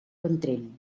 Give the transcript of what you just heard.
ventrell